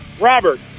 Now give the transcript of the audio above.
Robert